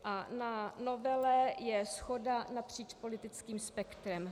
A na novele je shoda napříč politickým spektrem.